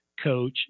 Coach